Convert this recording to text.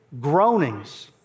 groanings